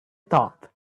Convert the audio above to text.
top